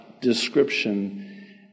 description